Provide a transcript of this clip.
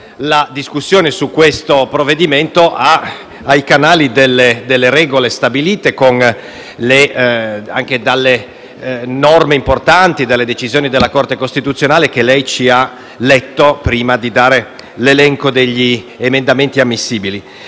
la discussione sul provvedimento nei canali delle regole stabilite, anche dalle norme importanti e dalle decisioni della Corte costituzionale che lei ci ha letto prima di riferirci l'elenco degli emendamenti ammissibili.